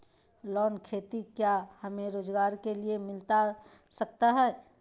Loan खेती क्या हमें रोजगार के लिए मिलता सकता है?